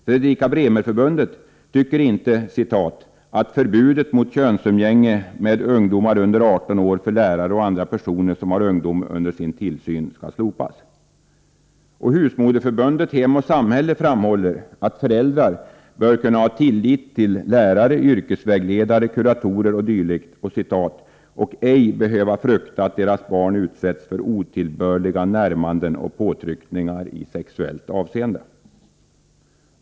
Fredrika Bremerförbundet tycker inte ”att förbudet mot könsumgänge med ungdomar under 18 år för lärare och andra personer som har ungdom under sin tillsyn skall slopas.” Husmodersförbundet Hem och Samhälle framhåller att föräldrar bör kunna ha tillit till lärare, yrkesvägledare, kuratorer o. d. ”och ej behöva frukta för att deras barn utsätts för otillbörliga närmanden och påtryckningar i sexuellt avseende”.